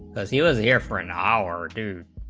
as he was here for an hour to